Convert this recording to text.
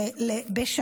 דרך אגב,